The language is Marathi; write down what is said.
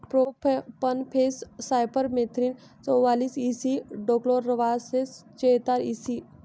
प्रोपनफेस सायपरमेथ्रिन चौवालीस इ सी डिक्लोरवास्स चेहतार ई.सी